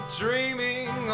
dreaming